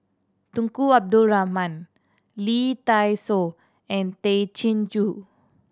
Tunku Abdul Rahman Lee Dai Soh and Tay Chin Joo